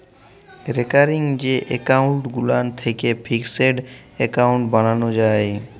recurring যে account গুলান থ্যাকে ফিকসেড এক্কাউল্ট বালালো যায়